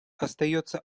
остается